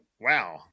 wow